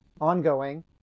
ongoing